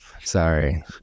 Sorry